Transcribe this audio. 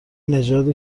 نژاد